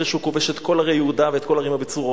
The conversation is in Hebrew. אחרי שהוא כובש את כל ערי יהודה ואת כל הערים הבצורות,